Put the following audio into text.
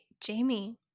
Jamie